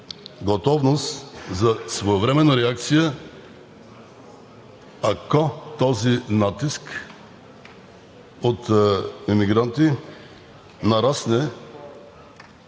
готовност за своевременна реакция, ако този натиск от емигранти нарасне